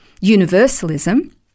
universalism